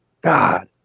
God